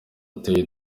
atuye